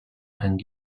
and